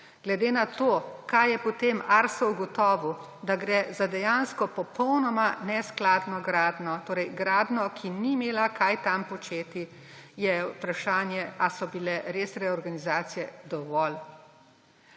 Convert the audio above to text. Glede na to, kaj je potem Arso ugotovil, da gre za dejansko popolnoma neskladno gradnjo, torej gradnjo, ki ni imela kaj tam početi, je vprašanje, a so bile res reorganizacije dovolj.